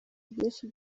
byinshi